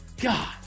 God